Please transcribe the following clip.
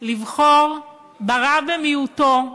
לבחור ברע במיעוטו,